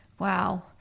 Wow